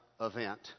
event